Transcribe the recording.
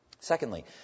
Secondly